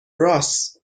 راس